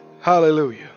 Hallelujah